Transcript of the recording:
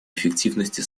эффективности